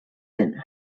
den